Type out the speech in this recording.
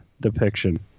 depiction